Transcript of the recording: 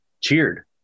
cheered